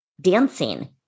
dancing